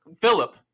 Philip